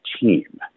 team